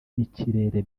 n’ikirere